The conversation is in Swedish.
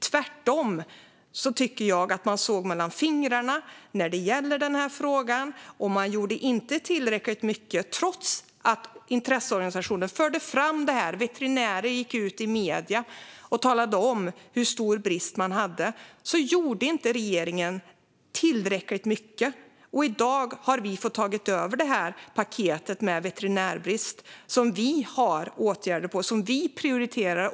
Tvärtom tycker jag att man såg mellan fingrarna när det gällde den frågan, och man gjorde inte tillräckligt mycket. Trots att intresseorganisationer förde fram detta och veterinärer gick ut i medier och talade om hur stor brist det var gjorde inte regeringen tillräckligt mycket. I dag har vi fått ta över paketet med veterinärbrist. Vi har åtgärder för detta som vi prioriterar.